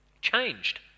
changed